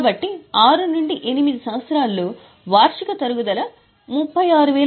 కాబట్టి 6 నుండి 8 సంవత్సరంలో వార్షిక తరుగుదల 36750 మాత్రమే